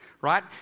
right